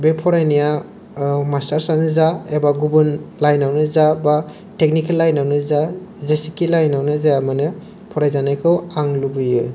बे फरायनाया मास्टारसानो जा एबा गुबुन लाइनानो जा बा टेकनिकेल लाइनानो जा जेसे कि लाइनानो जायामानो फरायनायखौ आं लुबैयो